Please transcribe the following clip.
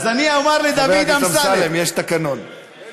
אז אני אומר לדוד אמסלם, אני